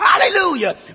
hallelujah